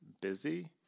busy